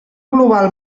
global